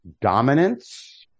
dominance